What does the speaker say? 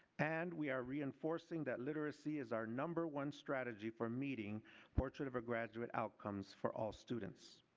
and we are reinforcing that literacy is our number one strategy for meeting portrait of a graduate outcomes for all students.